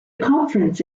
conference